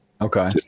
Okay